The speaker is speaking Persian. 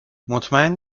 مطمئن